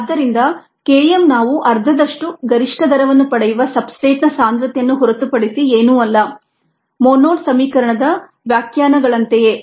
ಆದ್ದರಿಂದ Km ನಾವು ಅರ್ಧದಷ್ಟು ಗರಿಷ್ಠ ದರವನ್ನು ಪಡೆಯುವ ಸಬ್ಸ್ಟ್ರೇಟ್ನ ಸಾಂದ್ರತೆಯನ್ನು ಹೊರತುಪಡಿಸಿ ಏನೂ ಅಲ್ಲ ಮೊನೊಡ್ ಸಮೀಕರಣದ ವ್ಯಾಖ್ಯಾನಗಳಂತೆಯೇ